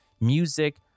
music